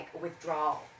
withdrawal